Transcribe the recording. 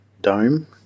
dome